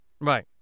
right